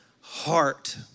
heart